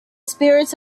spirits